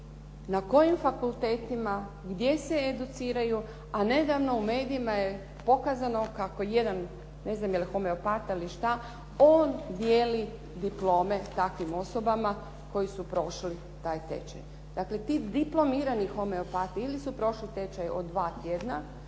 na kojim fakultetima, gdje se educiraju? A nedavno u medijima je pokazano kako jedan ne znam je li homeopata ili šta, on dijeli diplome takvim osobama koje su prošle taj tečaj. Dakle, ti diplomirani homeopati ili su prošli tečaj od dva tjedna